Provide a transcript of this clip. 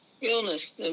illness